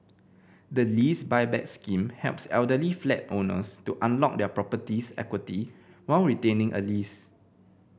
the Lease Buyback Scheme helps elderly flat owners to unlock their property's equity while retaining a lease